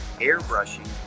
airbrushing